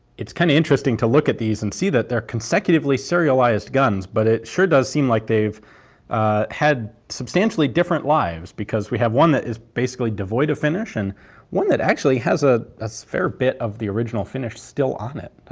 it's kind of interesting to look at these and see that they're consecutively serialised guns, but it sure does seem like they've had substantially different lives because we have one that is basically devoid of finish, and one that actually has ah a fair bit of the original finish still on it.